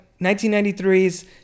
1993's